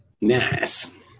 Nice